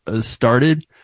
started